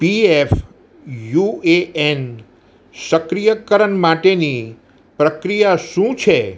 P F U A N સક્રિયકરણ માટેની પ્રક્રિયા શું છે